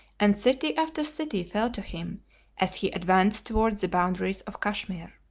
and city after city fell to him as he advanced towards the boundaries of kashmir.